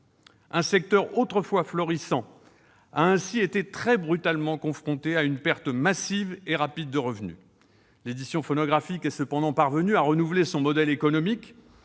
Un secteur autrefois florissant a ainsi été très brutalement confronté à une perte massive et rapide de revenus. L'édition phonographique est cependant parvenue à renouveler son modèle économique